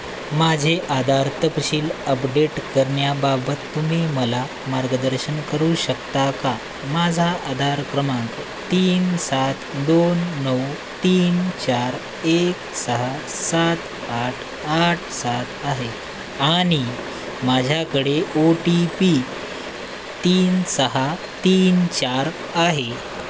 माझे आधार तपशील अपडेट करण्याबाबत तुम्ही मला मार्गदर्शन करू शकता का माझा आधार क्रमांक तीन सात दोन नऊ तीन चार एक सहा सात आठ आठ सात आहे आणि माझ्याकडे ओ टी पी तीन सहा तीन चार आहे